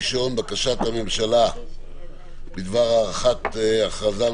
הנושא הראשון: בקשת הממשלה בדבר הארכת הכרזה על